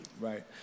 Right